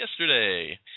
yesterday